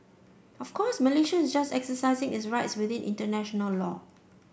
of course Malaysia is just exercising its rights within international law